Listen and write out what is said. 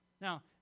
Now